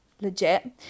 legit